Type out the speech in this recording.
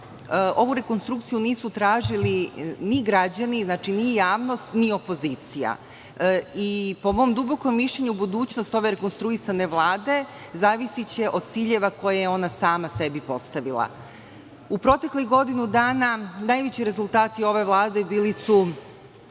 ovu rekonstrukciju nisu tražili ni građani, ni javnost, ni opozicija. Po mom dubokom mišljenju, budućnost ove rekonstruisane Vlade zavisiće od ciljeva koje je ona sama sebi postavila.U proteklih godinu dana najveći rezultati ove vlade bili su